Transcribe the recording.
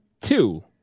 two